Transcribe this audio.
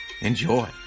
Enjoy